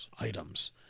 items